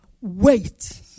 wait